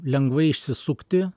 lengvai išsisukti